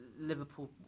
Liverpool